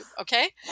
okay